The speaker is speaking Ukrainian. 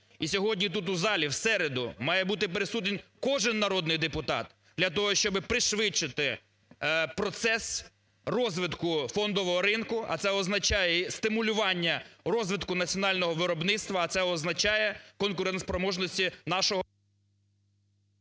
сьогодні тут у залі в середу має бути присутній кожен народний депутат для того, щоб пришвидшити процес розвитку Фондового ринку, а це означає стимулювання розвитку національного виробництва, а це означає конкурентоспроможності нашого…